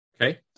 Okay